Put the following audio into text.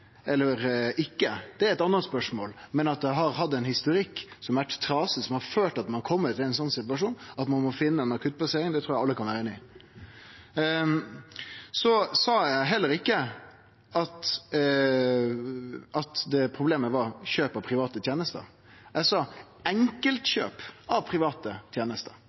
eller ikkje, er eit anna spørsmål, men at det har hatt ein historikk som har vore trasig, som har ført til at ein har kome i ein slik situasjon at ein må finne ei akuttplassering, trur eg alle kan vere einige i. Så sa eg heller ikkje at problemet er kjøp av private tenester. Eg sa enkeltkjøp av private tenester,